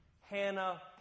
Hannah